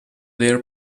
their